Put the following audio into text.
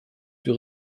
für